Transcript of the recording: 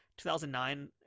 2009